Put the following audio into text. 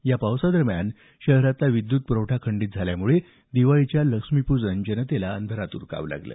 यापावसादरम्यान शहरातला विद्युत पुरवठा खंडीत झाल्यामुळे दिवाळीच्या लक्ष्मीपूजन जनतेला अंधारात उरकावे लागले